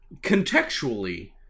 contextually